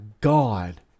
God